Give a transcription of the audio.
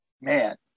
man